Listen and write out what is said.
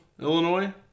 Illinois